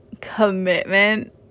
commitment